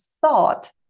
thought